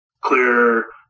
clear